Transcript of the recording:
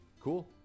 cool